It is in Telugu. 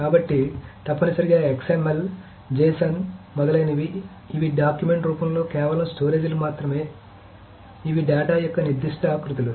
కాబట్టి తప్పనిసరిగా XML JSON మొదలైనవి ఇవి డాక్యుమెంట్ రూపంలో కేవలం స్టోరేజ్ లు మరియు ఇవి డేటా యొక్క నిర్దిష్ట ఆకృతులు